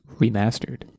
remastered